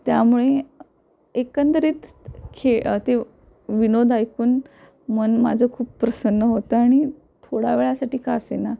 त्यामुळे एकंदरित खे ते विनोद ऐकून मन माझं खूप प्रसन्न होतं आणि थोडा वेळासाठी का असेना